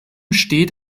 steht